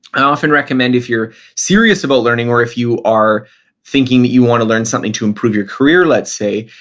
i often recommend if you're serious about learning or if you are thinking that you want to learn something to improve your career, let's say,